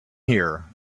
here